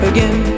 Again